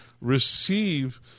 Receive